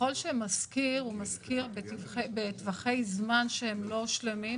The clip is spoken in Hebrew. שקבענו בחוק הריטים על פיקוח שבו נקבע שחברת דירה להשכיר עושה את זה,